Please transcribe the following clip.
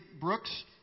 Brooks